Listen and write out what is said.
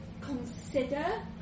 consider